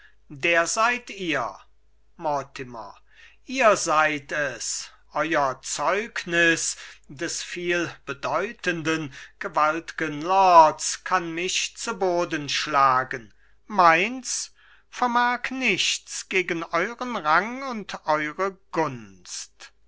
der seid ihr mortimer ihr seid es euer zeugnis des vielbedeutenden gewalt'gen lords kann mich zu boden schlagen meins vermag nichts gegen euren rang und eure gunst